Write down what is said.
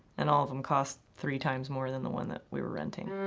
and all of them cost three times more than the one that we were renting.